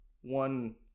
one